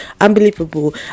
unbelievable